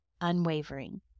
unwavering